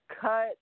cut